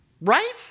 right